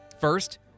First